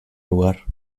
lugar